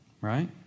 Right